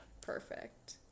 Perfect